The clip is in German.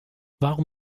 warum